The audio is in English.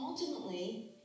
Ultimately